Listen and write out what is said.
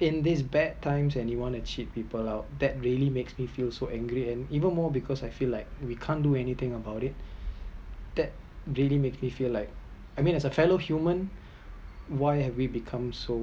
in this bad time and you want to cheat people out that’s really make me feels so angry and even more because I feel like we can’t do anything about it that really make me feel like I meant as a fellow human why have we become so